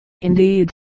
indeed